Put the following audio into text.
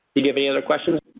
any other questions?